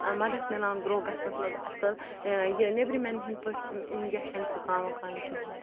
مَدد مِلان گرو گَژھنَس مَنٛز اَصل یہِ نیٚبرِمٮ۪ن ہٕنٛدۍ پٲٹھۍ چھِنہٕ اِنجَکشَن ٹھُکان وُکان کِہیٖنۍ